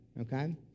okay